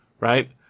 right